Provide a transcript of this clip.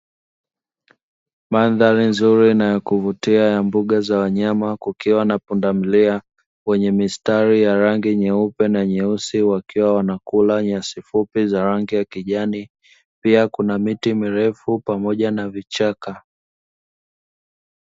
Mandhari nzuri na yakuvutia ya mbuga za wanyama inapundamilia wenye mistari meupe na meusi, wakiwa wanakula nyasi fupi za rangi ya kijani pia kunamiti mirefu pamoja na vichaka.